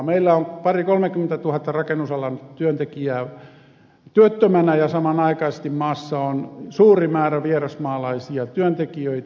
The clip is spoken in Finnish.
meillä on pari kolmekymmentätuhatta rakennusalan työntekijää työttömänä ja samanaikaisesti maassa on suuri määrä vierasmaalaisia työntekijöitä